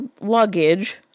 luggage